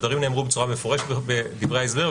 הדברים נאמרו בצורה מפורשת בדברי ההסבר,